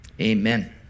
Amen